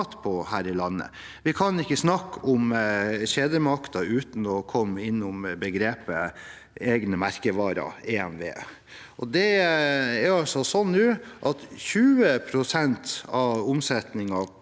Vi kan ikke snakke om kjedemakten uten å komme innom begrepet «egne merkevarer», EMV. Nå er altså 20 pst. av omsetningen